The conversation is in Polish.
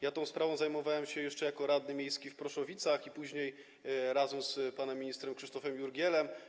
Ja tą sprawą zajmowałem się jeszcze jako radny miejski w Proszowicach i później z panem ministrem Krzysztofem Jurgielem.